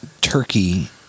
turkey